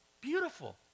Beautiful